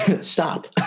stop